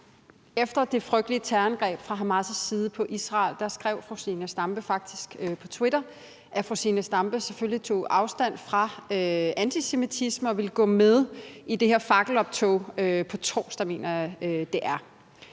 Efter det frygtelige terrorangreb fra Hamas' side på Israel skrev fru Zenia Stampe faktisk på X, det tidligere Twitter, at hun selvfølgelig tog afstand fra antisemitisme og ville gå med i det her fakkeloptog på torsdag, mener jeg det er.